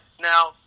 Now